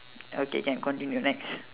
okay can continue next